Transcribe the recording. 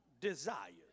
desires